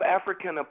African